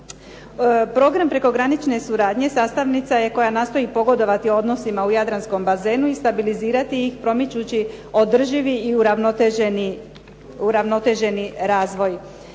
Program prekogranične suradnje sastavnica je koja nastoji pogodovati odnosima u jadranskom bazenu i stabilizirati ih promičući održivi i uravnoteženi razvoj.